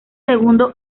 segundo